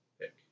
pick